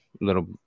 little